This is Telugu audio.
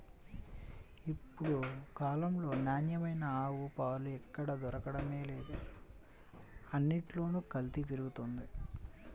ఇప్పుడు కాలంలో నాణ్యమైన ఆవు పాలు ఎక్కడ దొరకడమే లేదు, అన్నిట్లోనూ కల్తీ పెరిగిపోతంది